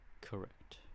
Correct